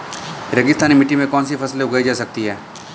रेगिस्तानी मिट्टी में कौनसी फसलें उगाई जा सकती हैं?